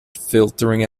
filtering